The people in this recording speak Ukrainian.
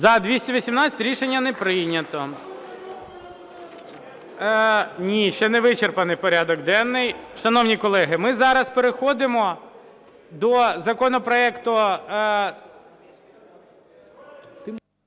За-218 Рішення не прийнято. Ні, ще не вичерпаний порядок денний. Шановні колеги, ми зараз переходимо до законопроекту…